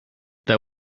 that